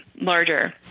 larger